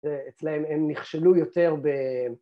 אצלם הם נכשלו יותר ב...